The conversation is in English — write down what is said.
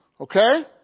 Okay